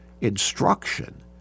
instruction